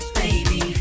baby